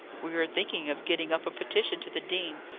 we are thinking of getting up a petition to the dean,